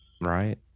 Right